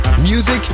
Music